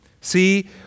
See